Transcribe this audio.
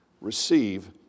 receive